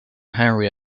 henry